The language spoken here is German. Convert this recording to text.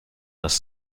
dass